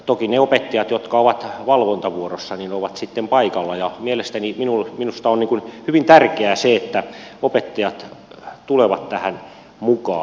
toki ne opettajat jotka ovat valvontavuorossa ovat sitten paikalla ja mielestäni minusta on hyvin tärkeää se että opettajat tulevat tähän mukaan